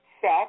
set